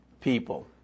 people